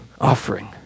offering